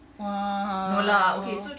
!wow!